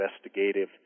investigative